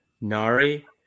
Nari